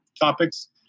topics